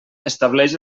estableix